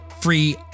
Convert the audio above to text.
free